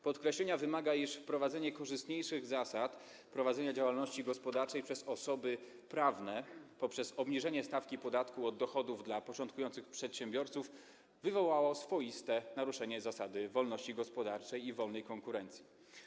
Podkreślenia wymaga, iż wprowadzenie korzystniejszych zasad prowadzenia działalności gospodarczej przez osoby prawne poprzez obniżenie stawki podatku od dochodów dla początkujących przedsiębiorców wywołało swoiste naruszenie zasady wolności gospodarczej i wolnej konkurencji.